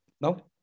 No